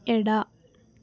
ಎಡ